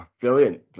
Brilliant